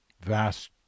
vast